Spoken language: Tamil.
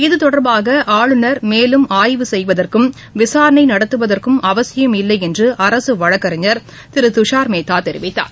இது தொடர்பாக ஆளுநர் மேலும் ஆய்வு செய்வதற்கும் விசாரணை நடத்துவதற்கும் அவசியம் இல்லை என்று அரசு வழக்கறிஞர் திரு துஷார்மேத்தா தெரிவித்தார்